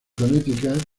connecticut